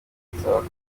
ansaba